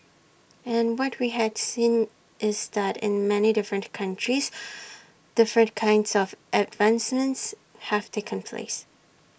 and what we had seen is that in many different countries different kinds of advancements have taken place